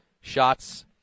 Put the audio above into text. Shots